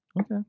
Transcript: Okay